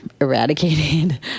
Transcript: eradicated